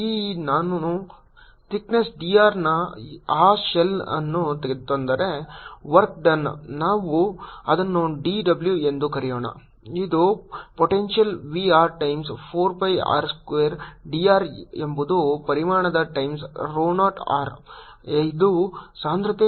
ಈಗ ನಾನು thickness d r ನ ಆ ಶೆಲ್ ಅನ್ನು ತಂದರೆ ವರ್ಕ್ ಡನ್ ನಾವು ಅದನ್ನು d w ಎಂದು ಕರೆಯೋಣ ಇದು potential v r times 4 pi r square d r ಎಂಬುದು ಪರಿಮಾಣದ ಟೈಮ್ಸ್ rho 0 r ಅದು ಸಾಂದ್ರತೆ